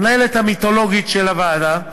המנהלת המיתולוגית של הוועדה,